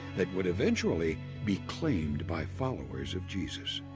that would eventually be claimed by followers of jesus.